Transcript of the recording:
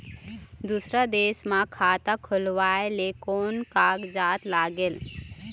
दूसर देश मा खाता खोलवाए ले कोन कागजात लागेल?